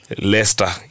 Leicester